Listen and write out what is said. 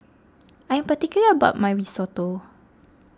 I am particular about my Risotto